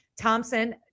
Thompson